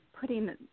putting